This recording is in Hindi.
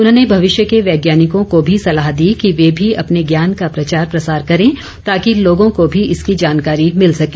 उन्होंने भविष्य के वैज्ञानिकों को भी सलाह दी कि वे भी अपने ज्ञान का प्रचार प्रसार करें ताकि लोगों को भी इसकी जानकारी मिल सके